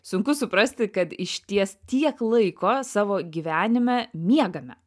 sunku suprasti kad išties tiek laiko savo gyvenime miegame